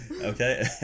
Okay